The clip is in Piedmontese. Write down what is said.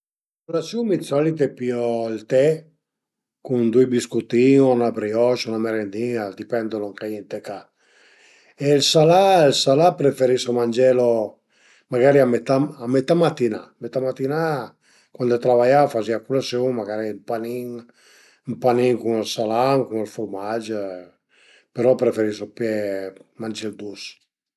A culasiun mi d'solit pìo ël te cun dui biscutin o üna brioche o 'na merendina, a dipend da lon ch'ai aën ca e ël salà ël salà preferisu mangelu magari a metà a metà matinà, a metà matinà cuand travaiava fazìa culasiun, magari ün panin, ün panin cun ël salam o cun ël furmag, però preferisu pìé, mangé ël dus